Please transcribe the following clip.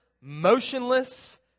motionless